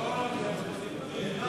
חבר הכנסת לשעבר זיו הוא גם